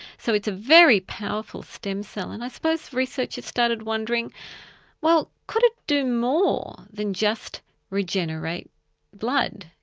so it's a very powerful stem cell, and i suppose researchers started wondering well, could it do more than just regenerate blood?